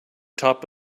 top